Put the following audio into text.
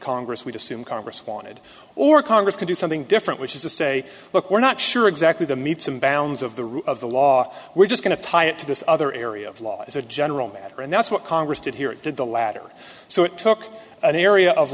congress would assume congress wanted or congress could do something different which is to say look we're not sure exactly to meet some bounds of the rule of the law we're just going to tie it to this other area of law as a general matter and that's what congress did here it did the latter so it took an area of